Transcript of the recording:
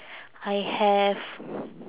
I have